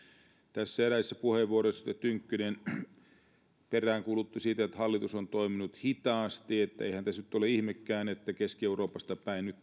tässä eräässä puheenvuorossa tynkkynen peräänkuulutti sitä että hallitus on toiminut hitaasti että eihän tässä nyt ole ihmekään että keski euroopasta päin nyt